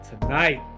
Tonight